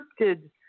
scripted